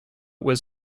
was